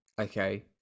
okay